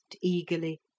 eagerly